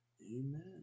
Amen